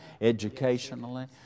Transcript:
educationally